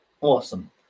awesome